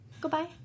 Goodbye